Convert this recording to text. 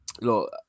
look